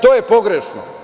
To je pogrešno.